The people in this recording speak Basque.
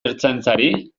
ertzaintzari